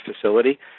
facility